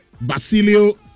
Basilio